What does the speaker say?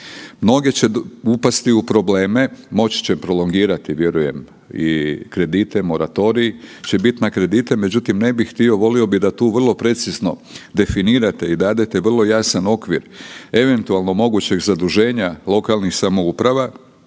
mnoge će upasti u probleme, moći će prolongirati i kredite moratorij će biti na kredite, međutim ne bih htio, volio bi da tu vrlo precizno definirate i dadete vrlo jasan okvir eventualno mogućeg zaduženja lokalnih samouprava